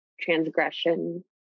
transgression